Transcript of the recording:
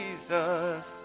Jesus